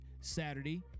Saturday